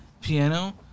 piano